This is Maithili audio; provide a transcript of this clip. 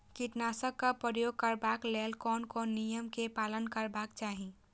कीटनाशक क प्रयोग करबाक लेल कोन कोन नियम के पालन करबाक चाही?